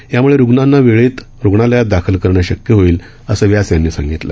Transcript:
यामूळे रुग्णांना वेळेत रुग्णालयात दाखल करणं शक्य होईल असं व्यास यांनी सांगितलं